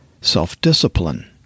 self-discipline